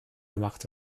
gemacht